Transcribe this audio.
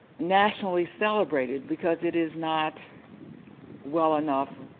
nationally celebrated because it is not well enough